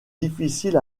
difficile